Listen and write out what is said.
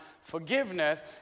forgiveness